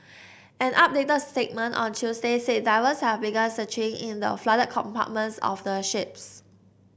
an updated statement on Tuesday said divers have begun searching in the flooded compartments of the ships